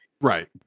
right